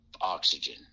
oxygen